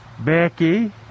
Becky